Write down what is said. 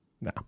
no